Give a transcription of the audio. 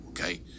okay